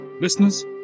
Listeners